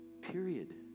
period